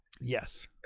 Yes